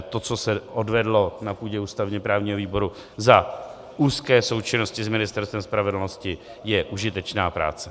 To, co se odvedlo na půdě ústavněprávního výboru za úzké součinnosti s Ministerstvem spravedlnosti, je užitečná práce.